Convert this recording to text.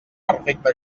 perfecta